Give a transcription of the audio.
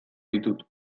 ditut